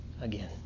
again